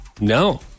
no